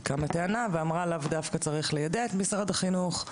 כי הייתה טענה שאמרה שלאו דווקא צריך ליידע את משרד החינוך,